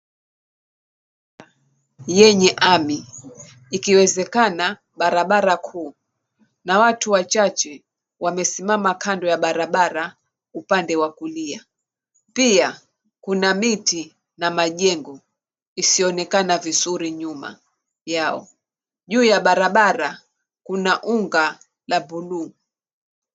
Barabara yenye lami ikiwezekana barabara kuu na watu wachache wamesimama kando ya barabara upande wa kulia. Pia kuna miti na majengo isiyoonekana vizuri nyuma yao. Juu ya barabara kuna unga la buluu.